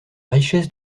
richesse